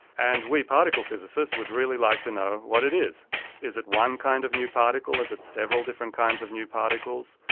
and we particle physicists would really like to know what it is is it one kind of new particle, is it several different kinds of new particles,